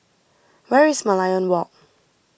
where is Merlion Walk